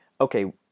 okay